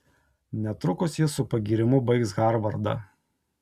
netrukus jis su pagyrimu baigs harvardą